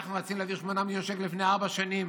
אנחנו רצינו להעביר 8 מיליון שקל לפני ארבע שנים,